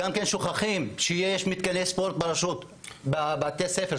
הם גם שוכחים שיש מתקני ספורט בבתי הספר.